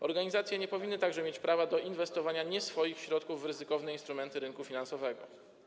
Organizacje nie powinny także mieć prawa do inwestowania nie swoich środków w ryzykowne instrumenty rynku finansowego.